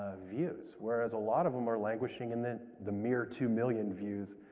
ah views, whereas a lot of them are languishing in the the mere two million views,